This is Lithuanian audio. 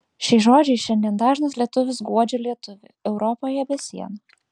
šiais žodžiais šiandien dažnas lietuvis guodžia lietuvį europoje be sienų